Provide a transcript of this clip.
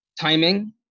timing